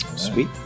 Sweet